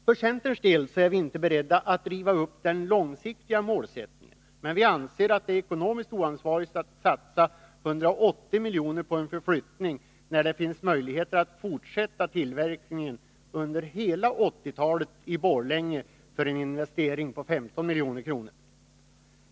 För centerns del är vi inte beredda att riva upp den långsiktiga målsättningen, men vi anser det ekonomiskt oansvarigt att satsa 180 milj.kr. på en förflyttning, när det finns möjlighet att fortsätta tillverkningen i Borlänge under hela 1980-talet för en investering på 15 milj.kr.